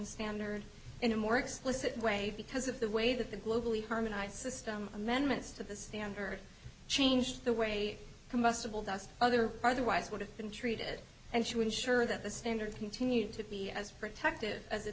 standard in a more explicit way because of the way that the globally harmonized system amendments to the standard changed the way combustible dust other otherwise would have been treated and she would ensure that the standard continued to be as protected as it